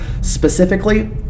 specifically